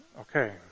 Okay